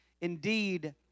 Indeed